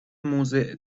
موضع